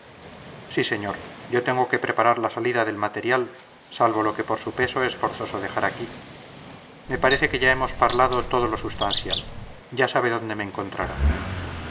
sí señor yo tengo que preparar la salida del material salvo lo que por su peso es forzoso dejar aquí me parece que ya hemos parlado todo lo substancial ya sabe dónde me encontrará